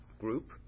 group